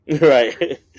Right